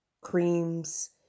creams